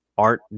Art